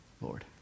Lord